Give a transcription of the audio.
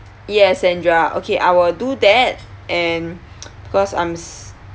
yes sandra okay I will do that and because I'm